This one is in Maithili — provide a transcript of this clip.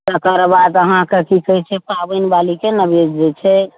तकर बाद अहाँके की कहैत छै पाबनि वालीकेँ ने जे छै